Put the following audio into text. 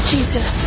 Jesus